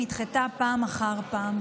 פעם אחר פעם,